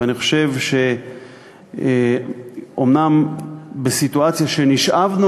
ואני חושב שאומנם בסיטואציה שנשאבנו